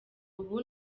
ubu